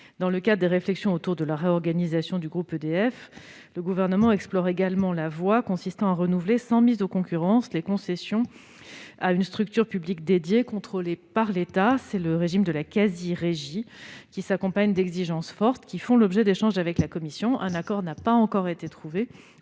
Dans le cadre des réflexions menées autour de la réorganisation du groupe EDF, le Gouvernement explore également la voie consistant à attribuer sans mise en concurrence les concessions à une structure publique dédiée, contrôlée par l'État ; c'est le régime de la quasi-régie, qui s'accompagne d'exigences fortes faisant l'objet d'échanges avec la Commission. Aucun accord n'a encore été trouvé,